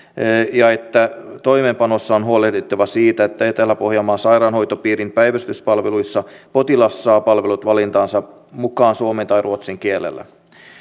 ja että toimeenpanossa on huolehdittava siitä että etelä pohjanmaan sairaanhoitopiirin päivystyspalveluissa potilas saa palvelut valintansa mukaan suomen tai ruotsin kielellä